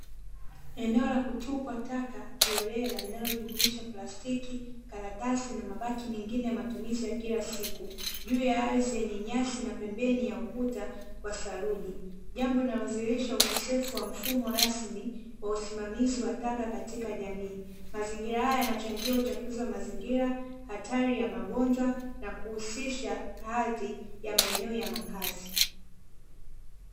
Eneo la kutupwa taka kiholela linalojumuisha plastiki, karatasi, na mabaki mengine ya matumizi ya kila siku juu ya ardhi yenye nyasi na pembeni ya ukuta wa saruji. Jambo linalozidisha ukosefu wa mfumo rasmi wa usimamizi wa taka katika jamii. Mazingira haya yanachangia uchafuzi wa mazingira, hatari ya magonjwa, na kuhusisha hadhi ya maeneo ya makazi.